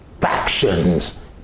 factions